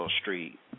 Street